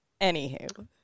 Anywho